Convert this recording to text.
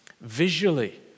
Visually